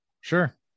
Sure